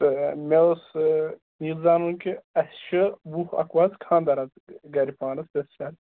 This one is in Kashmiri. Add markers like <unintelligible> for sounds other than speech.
تہٕ مےٚ اوس یہِ زانُن کہِ اَسہِ چھُ وُہ ٹُو اَکوُہ حظ خانٛدَر حَظ گَرِ پانَس <unintelligible>